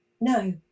No